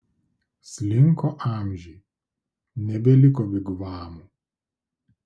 slinko amžiai nebeliko vigvamų